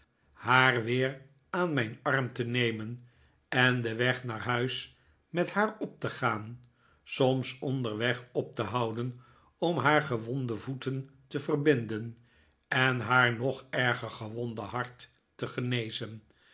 haar weer aan mijn arm te nemen en den weg naar huis met haar op te gaan soms onderweg op te houden om haar gewonde voeten te verbinden en haar nog erger gewonde hart te genezen